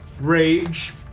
rage